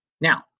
Now